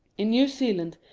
in new zealand,